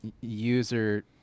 user